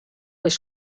was